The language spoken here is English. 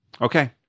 Okay